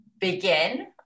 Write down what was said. begin